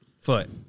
Foot